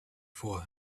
for